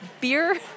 beer